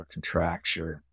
contracture